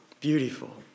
Beautiful